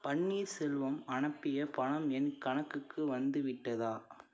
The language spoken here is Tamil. பன்னீர்செல்வம் அனுப்பிய பணம் என் கணக்குக்கு வந்துவிட்டதா